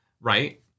right